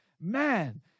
Man